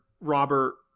Robert –